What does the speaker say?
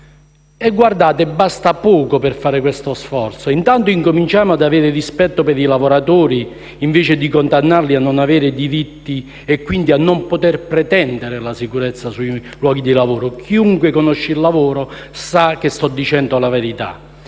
Guardate, basta poco per fare questo sforzo. Intanto, cominciamo ad avere rispetto per i lavoratori invece di condannarli a non avere diritti e, quindi, a non poter pretendere la sicurezza sui luoghi di lavoro. Chiunque conosce il lavoro, sa che sto dicendo la verità.